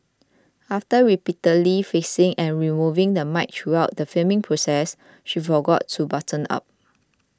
after repeatedly fixing and removing the mic throughout the filming process she forgot to button up